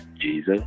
Jesus